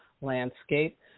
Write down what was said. landscape